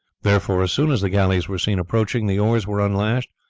therefore as soon as the galleys were seen approaching the oars were unlashed,